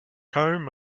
home